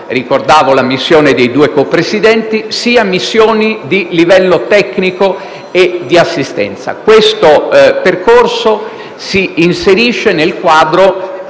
(ricordavo la missione dei due co-presidenti), che tecnico e di assistenza. Questo percorso si inserisce nel quadro